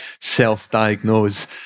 self-diagnose